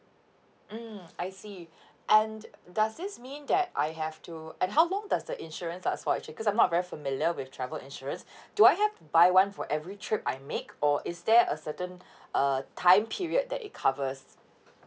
mm I see and does this mean that I have to at how long does the insurance are spoilt because I'm not very familiar with travel insurance do I have to buy one for every trip I make or is there a certain err time period that it covers